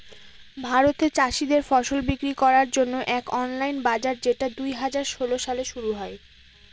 ভারতে চাষীদের ফসল বিক্রি করার জন্য এক অনলাইন বাজার যেটা দুই হাজার ষোলো সালে শুরু হয়